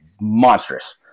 monstrous